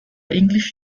english